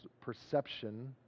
perception